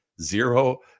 zero